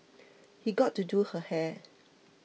he got to do her hair